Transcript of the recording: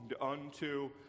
unto